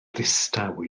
ddistaw